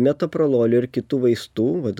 metoprololio ir kitų vaistų vat